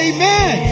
Amen